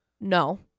No